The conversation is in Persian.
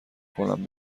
کنم